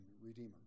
redeemer